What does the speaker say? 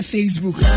Facebook